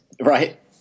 Right